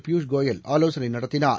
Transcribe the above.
பியூஷ் கோயல் ஆலோசனைநடத்தினார்